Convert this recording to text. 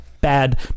bad